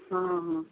ହଁ ହଁ